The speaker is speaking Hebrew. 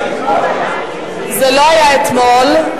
זה לא היה אתמול.